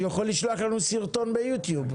הוא יכול לשלוח לנו סרטון ביוטיוב.